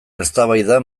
eztabaida